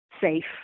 safe